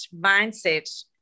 mindset